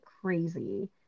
crazy